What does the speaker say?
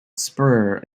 spur